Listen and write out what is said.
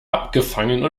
abgefangen